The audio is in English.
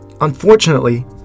Unfortunately